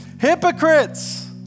Hypocrites